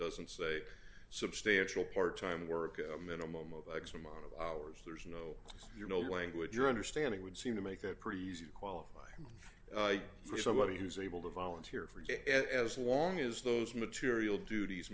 doesn't say substantial part time work a minimum of x amount of hours there's no you know language your understanding would seem to make that pretty easy to qualify for somebody who's able to volunteer for it as long as those material duties